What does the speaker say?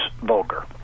vulgar